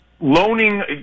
loaning